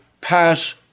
pass